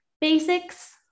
basics